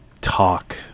talk